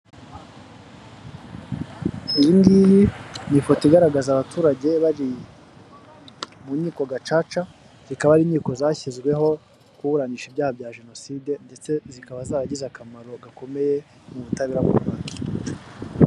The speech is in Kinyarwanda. Iyi ngiyi ni ifoto igaragaza abaturage bari mu nkiko gacaca zikaba ari inkiko zashyizweho kuburanisha ibyaha bya jenoside ndetse zikaba zaragize akamaro gakomeye mu butabera bw'u Rwanda.